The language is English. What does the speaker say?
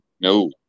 no